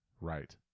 right